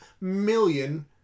million